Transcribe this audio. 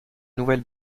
nouvelle